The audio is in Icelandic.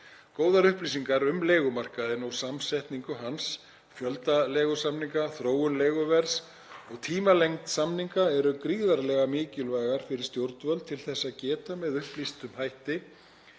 Góðar upplýsingar um leigumarkaðinn og samsetningu hans, fjölda leigusamninga, þróun leiguverðs og tímalengd samninga eru gríðarlegar mikilvægar fyrir stjórnvöld til þess að geta með upplýstum hætti